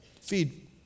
feed